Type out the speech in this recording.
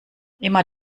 immer